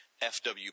FW